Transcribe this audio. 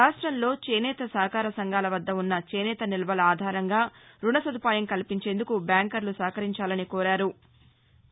రాక్షంలో చేనేత సహకార సంఘాల వద్ద ఉన్న చేనేత నిల్వల ఆధారంగా రుణ సదుపాయం కల్పించేందుకు బ్యాంకర్లు సహకరించాలని కోరారు